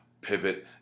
pivot